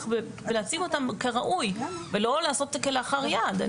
ולהציג אותם כראוי ולא לעשות את זה כלאחר יד.